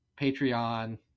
Patreon